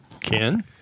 Ken